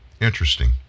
Interesting